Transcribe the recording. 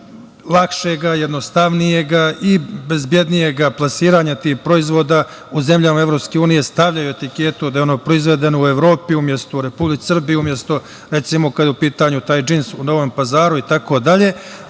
lakšeg, jednostavnijeg i bezbednijeg plasiranja tih proizvoda u zemljama EU, stavljaju etiketu da je ono proizvedeno u Evropi umesto u Republici Srbiji ili umesto, recimo, kada je u pitanju džins, u Novom Pazaru itd,